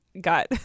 got